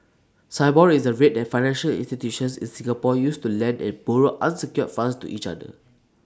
Sibor is the rate that financial institutions in Singapore use to lend and borrow unsecured funds to each other